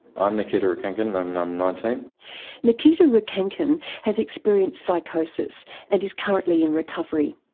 ah i'm nikita rhukhankin and i'm nineteen nikita rhukhankin has experienced psychosis and is currently in recovery.